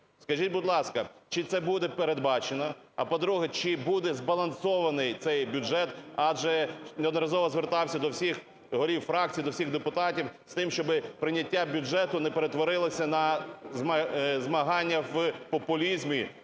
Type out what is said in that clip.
Скажіть, будь ласка, чи це буде передбачено? А по-друге, чи буде збалансований цей бюджет, адже неодноразово звертався до всіх голів фракцій, до всіх депутатів з тим, щоби прийняття бюджету не перетворилося на змагання в популізмі